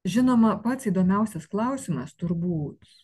žinoma pats įdomiausias klausimas turbūt